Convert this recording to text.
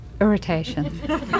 irritation